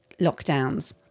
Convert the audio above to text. lockdowns